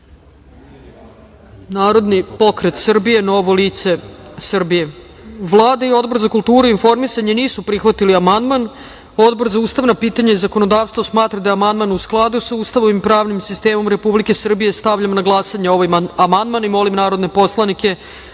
i dr Dragan Rakić. Vlada i Odbor za kulturu i informisanje nisu prihvatili amandman. Odbor za ustavna pitanja i zakonodavstvo smatra da je amandman u skladu sa Ustavom i pravnim sistemom Republike Srbije. Stavljam na glasanje ovaj amandman. Molim narodne poslanike